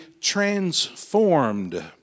transformed